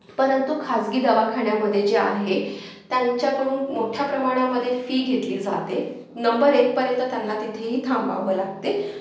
परंतु खाजगी दवाखान्यामध्ये जे आहे त्यांच्याकडून मोठ्या प्रमाणामध्ये फी घेतली जाते नंबर येईपर्यंत त्यांना तिथेही थांबावं लागते